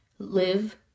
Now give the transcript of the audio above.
live